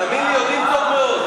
תאמין לי, יודעים טוב מאוד.